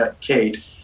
Kate